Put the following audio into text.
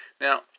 Now